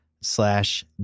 slash